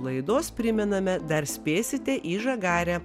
laidos primename dar spėsite į žagarę